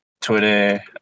Twitter